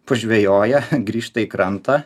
pažvejoja grįžta į krantą